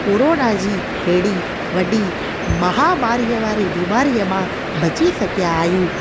corona जी हेॾी वॾी माहामारीअ वारे बीमारीअ मां बची सघियां आहियूं